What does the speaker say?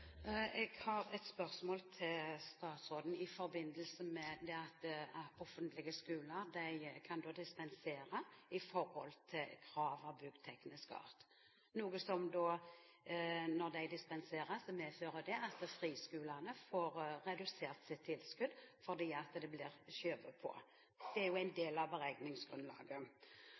Jeg har et spørsmål til statsråden i forbindelse med at offentlige skoler kan dispensere fra krav av byggeteknisk art. Når de dispenserer, medfører det at friskolene får redusert sitt tilskudd fordi det blir skjøvet på. Det er en del av beregningsgrunnlaget.